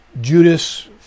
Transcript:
Judas